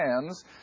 hands